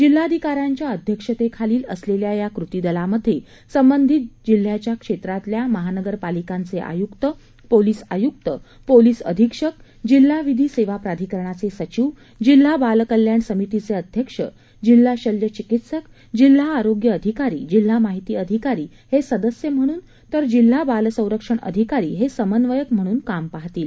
जिल्हाधिकाऱ्यांच्या अध्यक्षतेखाली असलेल्या या कृतीदलामध्ये संबंधित जिल्ह्याच्या क्षेत्रातल्या महानगरपालिकांचे आयुक्र पोलीस आयुक्र पोलीस अधीक्षक जिल्हा विधी सेवा प्राधिकरणाचे सचिव जिल्हा बाल कल्याण समितीचे अध्यक्ष जिल्हा शल्य चिकित्सक जिल्हा आरोग्य अधिकारी जिल्हा माहिती अधिकारी हे सदस्य म्हणून तर जिल्हा बाल संरक्षण अधिकारी हे समन्वयक म्हणून काम पाहतील